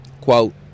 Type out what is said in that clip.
Quote